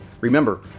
Remember